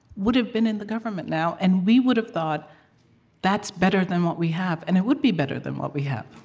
would've been in the government now. and we would've thought that's better than what we have. and it would be better than what we have,